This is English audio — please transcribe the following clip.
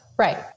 Right